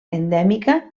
endèmica